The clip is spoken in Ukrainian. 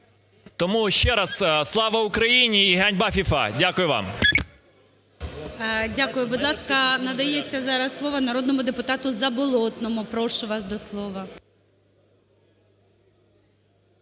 Тому ще раз: слава Україні і ганьба ФІФА! Дякую вам. ГОЛОВУЮЧИЙ. Дякую. Будь ласка, надається зараз слово народному депутату Заболотному Прошу вас до слова.